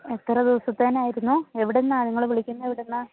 എത്ര ദിവസത്തേനായിരുന്നു എവിടെ നിന്നാണ് നിങ്ങൾ വിളിക്കുന്നത് എവിടെ നിന്നാണ്